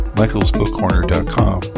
michaelsbookcorner.com